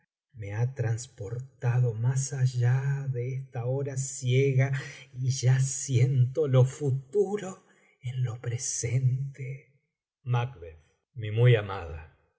me ha transportado más allá de esta hora ciega y ya siento lo futuro en lo presente macb mi muy amada